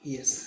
Yes